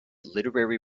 literary